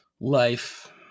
life